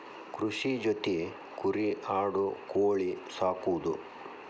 ಕೃಷಿ ಜೊತಿ ಕುರಿ ಆಡು ಕೋಳಿ ಸಾಕುದು